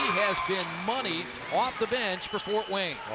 has been money off the bench for fort wayne.